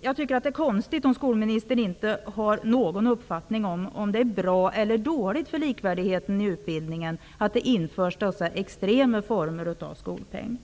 Jag tycker att det vore konstigt om inte skolministern hade någon uppfattning om huruvida det är bra eller dåligt för likvärdigheten i utbildningen att det införs så extrema former av skolpeng.